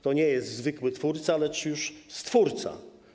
To nie jest zwykły twórca, lecz już stwórca.